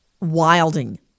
wilding